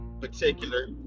particular